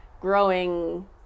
growing